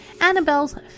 Annabelle's